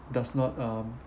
does not um